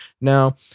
Now